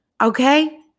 Okay